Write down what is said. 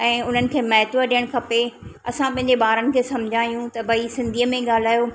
ऐं उन्हनि खे महत्वु ॾियणु खपे असां पंहिंजे ॿारनि खे समुझायूं त भई सिंधीअ में ॻाल्हायो